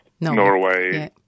Norway